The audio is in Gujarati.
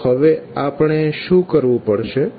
તો હવે આપણે શુ કરવુ પડશે